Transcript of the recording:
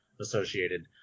associated